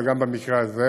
וגם במקרה הזה,